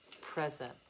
Present